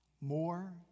More